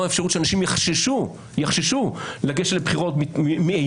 תוכניות שלמות למנוע אפשרות שאנשים יחששו לגשת לבחירות מאימה.